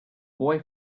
boy